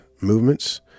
movements